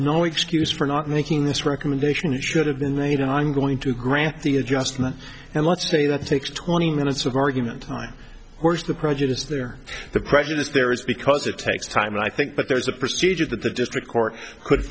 no excuse for not making this recommendation it should have been made and i'm going to grant the adjustment and let's say that takes twenty minutes of argument time or the prejudice there the prejudice there is because it takes time and i think that there's a procedure that the district court could